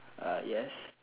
uh yes